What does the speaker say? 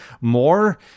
more